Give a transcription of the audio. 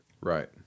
right